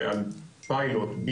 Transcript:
על פיילוט,